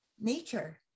nature